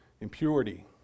impurity